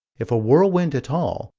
if a whirlwind at all,